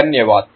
धन्यवाद